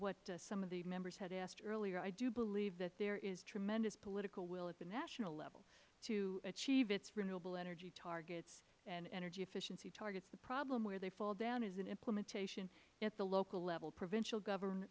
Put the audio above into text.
what some of the members asked earlier i believe there is tremendous political will at the national level to achieve its renewable energy targets and energy efficiency targets the problem where they fall down is in implementation at the local level provincial government